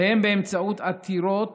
והם, באמצעות עתירות